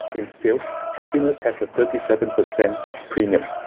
in sales, happiness has a thirty seven percent premium.